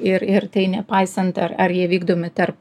ir ir tai nepaisant ar ar jie vykdomi tarp